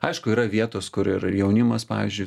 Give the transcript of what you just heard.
aišku yra vietos kur ir jaunimas pavyzdžiui